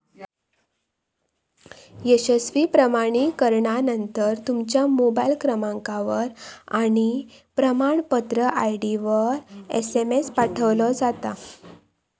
यशस्वी प्रमाणीकरणानंतर, तुमच्या मोबाईल क्रमांकावर आणि प्रमाणपत्र आय.डीवर एसएमएस पाठवलो जाता